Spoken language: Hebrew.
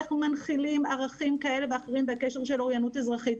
איך מנחילים ערכים כאלה ואחרים בקשר של אוריינות אזרחית?